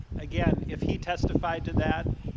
again, if he testified to that,